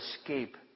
escape